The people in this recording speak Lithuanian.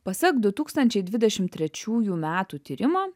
pasak du tūkstančiai dvidešim trečiųjų metų tyrimo